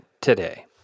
today